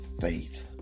faith